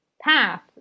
path